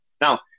now